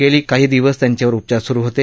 गेले काही दिवस त्यांच्यावर उपचार स्रु होते